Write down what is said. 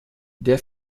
der